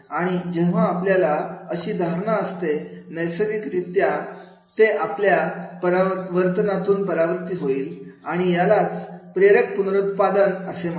आणि जेव्हा आपल्याला अशी धारणा असतेनैसर्गिक रित्या ते आपल्या वर्तनातून परावर्तित होईल आणि यालाच प्रेरक पुनरुत्पादन असे म्हणतात